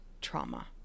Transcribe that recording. trauma